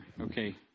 okay